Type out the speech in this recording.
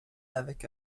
avec